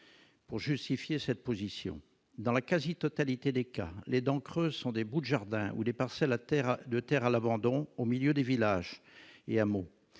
pour justifier cette position dans la quasi-totalité des cas les donc re sont des bouts de jardin ou parcelles, la terre de terre à l'abandon au milieu des villages et hameaux